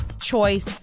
choice